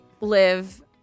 live